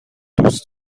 دوست